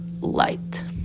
light